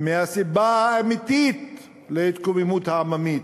מהסיבה האמיתית להתקוממות העממית,